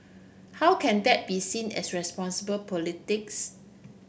how can that be seen as responsible politics